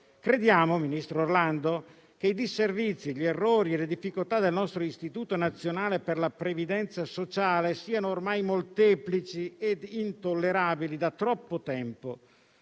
attività. Ministro Orlando, crediamo che i disservizi, gli errori e le difficoltà del nostro Istituto nazionale per la previdenza sociale siano ormai molteplici e intollerabili da troppo tempo.